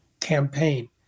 campaign